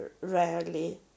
rarely